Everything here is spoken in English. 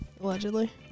Allegedly